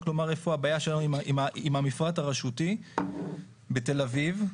רק נאמר איפה הבעיה שלנו עם המפרט הרשותי בתל אביב.